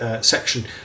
section